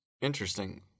Interesting